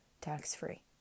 tax-free